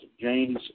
James